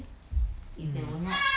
mm